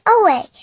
away